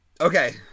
Okay